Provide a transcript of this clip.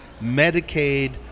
Medicaid